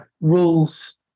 rules